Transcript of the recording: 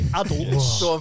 adults